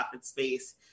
space